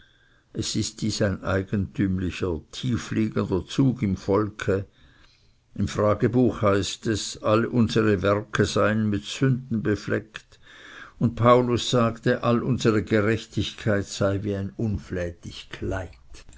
es ist dies ein eigentümlicher tiefliegender zug im volke im fragenbuch heißt es alle unsere guten werke seien mit sünden befleckt und paulus sagte all unsere gerechtigkeit sei wie ein unflätig kleid